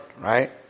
right